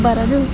ಬರೋದು